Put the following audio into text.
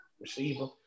receiver